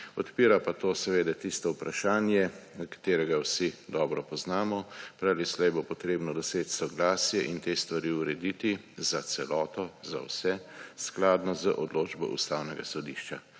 Odpira pa to vprašanje, katerega vsi dobro poznamo, prej ali slej bo potrebno 10 soglasij in te stvari urediti za celoto, za vse, skladno z odločbo Ustavnega sodišča.